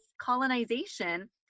colonization